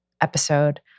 episode